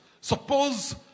Suppose